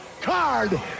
card